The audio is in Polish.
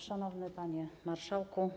Szanowny Panie Marszałku!